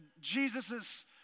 Jesus's